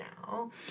now